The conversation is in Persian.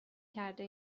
کرده